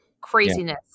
craziness